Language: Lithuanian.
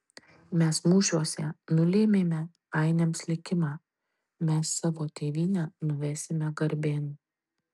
mes mūšiuose nulėmėme ainiams likimą mes savo tėvynę nuvesime garbėn